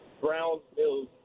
Brownsville